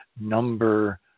number